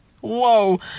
whoa